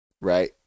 right